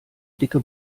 dicke